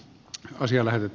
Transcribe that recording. perintään